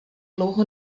dlouho